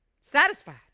Satisfied